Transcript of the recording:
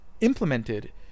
implemented